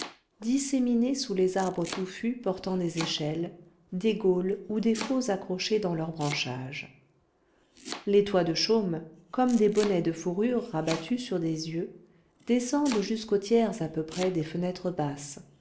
disséminés sous les arbres touffus portant des échelles des gaules ou des faux accrochées dans leur branchage les toits de chaume comme des bonnets de fourrure rabattus sur des yeux descendent jusqu'au tiers à peu près des fenêtres basses